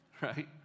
right